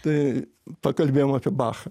tai pakalbėjom apie bachą